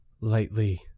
lightly